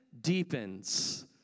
deepens